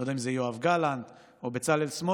אני לא יודע אם זה יואב גלנט או בצלאל סמוטריץ',